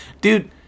Dude